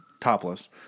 topless